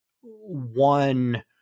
one